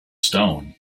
stone